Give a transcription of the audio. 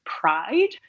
pride